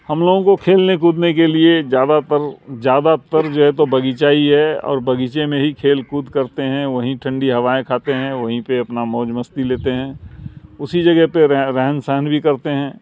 ہم لوگوں کو کھیلنے کودنے کے لیے زیادہ تر زیادہ تر جو ہے تو باغیچہ ہی ہے اور باغیچے میں ہی کھیل کود کرتے ہیں وہیں ٹھنڈی ہوائیں کھاتے ہیں وہیں پہ اپنا موج مستی لیتے ہیں اسی جگہ پہ رہ رہن سہن بھی کرتے ہیں